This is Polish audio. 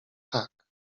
tak